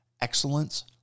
excellence